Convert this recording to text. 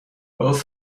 both